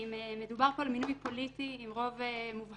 אם מדובר על מינוי פוליטי עם רוב מובהק,